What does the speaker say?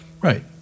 Right